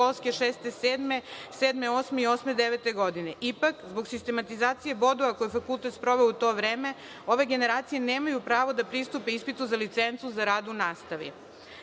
školske 2006/07, 2007/8 i 2008/09 godine. Ipak, zbog sistematizacije bodova koje je fakultet sproveo u tome, ove generacije nemaju pravo da pristupe ispitu za licencu za rad u nastavi.